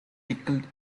pickled